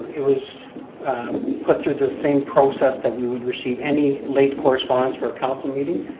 it was put through the same process that we would receive any late correspondence for a council meeting,